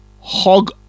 Hog